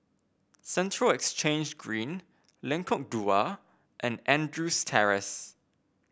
Central Exchange Green Lengkok Dua and Andrews Terrace